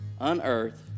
unearthed